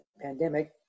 pandemic